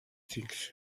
things